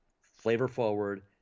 flavor-forward